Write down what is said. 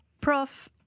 Prof